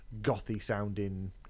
gothy-sounding